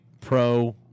pro